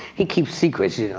he keeps secrets, yeah